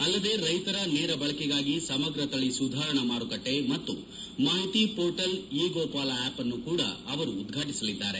ಅಲ್ಲದೆ ರೈತರ ನೇರ ಬಳಕೆಗಾಗಿ ಸಮಗ್ರ ತಳಿ ಸುಧಾರಣಾ ಮಾರುಕಟ್ಟೆ ಮತ್ತು ಮಾಹಿತಿ ಪೋರ್ಟಲ್ ಇ ಗೋಪಾಲ ಆಪ್ ಅನ್ನೂ ಕೂಡ ಅವರು ಉದ್ಘಾಟಿಸಲಿದ್ದಾರೆ